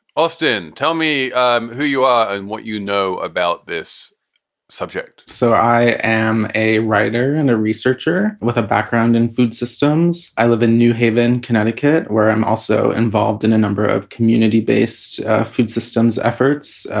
austin, tell me um who you are and what you know about this subject so i am a writer and a researcher with a background in food systems. i live in new haven, connecticut, where i'm also involved in a number of community based food systems efforts,